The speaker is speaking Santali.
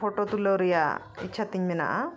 ᱯᱷᱳᱴᱳ ᱛᱩᱞᱟᱹᱣ ᱨᱮᱱᱟᱜ ᱤᱪᱪᱷᱟ ᱛᱤᱧ ᱢᱮᱱᱟᱜᱼᱟ